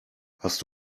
hast